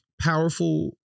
powerful